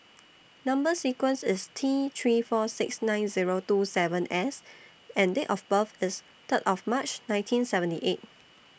Number sequence IS T three four six nine Zero two seven S and Date of birth IS Third of March nineteen seventy eight